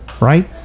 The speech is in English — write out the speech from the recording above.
Right